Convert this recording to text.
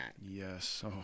Yes